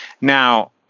Now